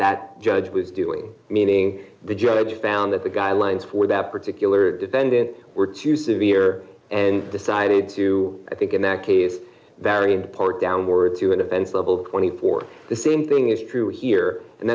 that judge was doing meaning the judge found that the guidelines for that particular defendant were too severe and decided to i think in that case that part downward through an offense level twenty four the same thing is true here and